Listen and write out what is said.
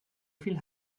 viel